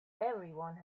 everyone